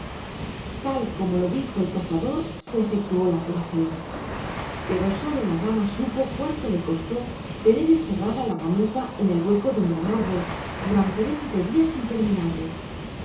tal como lo dijo el cazador se efectuó la curación pero sólo la gama supo cuánto le costó tener encerrada a la gamita en el hueco de un gran árbol durante veinte días interminables